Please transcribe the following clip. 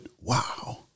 wow